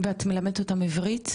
ואת מלמדת אותם עברית?